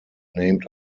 named